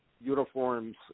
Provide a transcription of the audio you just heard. uniforms